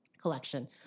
collection